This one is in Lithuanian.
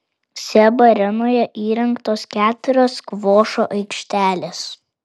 seb arenoje įrengtos keturios skvošo aikštelės